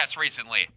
recently